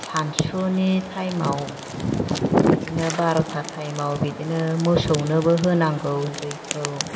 सानसुनि थाइमाव बिदिनो बार'था थाइमाव बिदिनो मोसौनोबो होनांगौ दैखौ